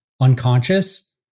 unconscious